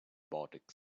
baltic